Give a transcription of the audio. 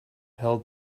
held